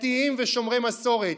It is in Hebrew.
דתיים ושומרי מסורת.